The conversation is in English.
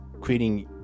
creating